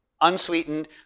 unsweetened